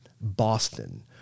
Boston